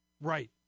Right